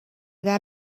that